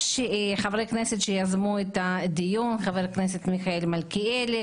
יש חברי כנסת שיזמו את הדיון - חבר הכנסת מיכאל מלכיאלי,